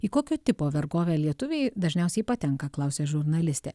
į kokio tipo vergovę lietuviai dažniausiai patenka klausė žurnalistė